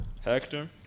Hector